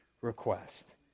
request